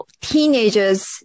teenagers